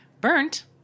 Burnt